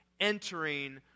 entering